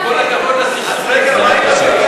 עם כל הכבוד לסכסוך הישראלי ערבי.